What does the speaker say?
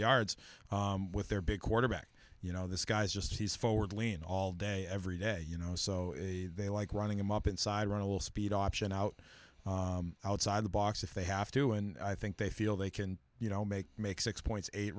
yards with their big quarterback you know this guy's just he's forward lean all day every day you know so they like running them up inside run a little speed option out outside the box if they have to and i think they feel they can you know make make six point eight